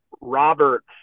Robert's